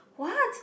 what